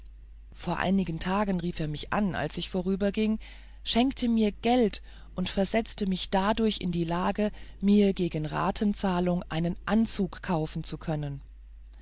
vor einigen tagen rief er mich an als ich vorüberging schenkte mir geld und versetzte mich dadurch in die lage mir gegen ratenzahlung einen anzug kaufen zu können